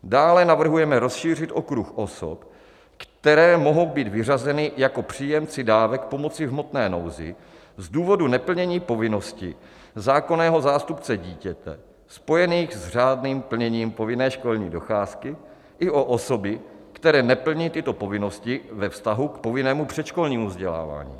Dále navrhujeme rozšířit okruh osob, které mohou být vyřazeny jako příjemci dávek pomoci v hmotné nouzi z důvodu neplnění povinností zákonného zástupce dítěte, spojených s řádným plněním povinné školní docházky, i o osoby, které neplní tyto povinnosti ve vztahu k povinnému předškolnímu vzdělávání.